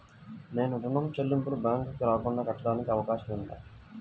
నేను ఋణం చెల్లింపులు బ్యాంకుకి రాకుండా కట్టడానికి అవకాశం ఉందా?